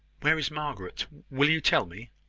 where is margaret? will you tell me?